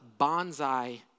bonsai